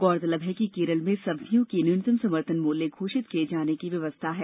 गौरतलब है कि केरल में सब्जियों के न्यूनतम समर्थन मूल्य घोषित किए जाने की व्यवस्था है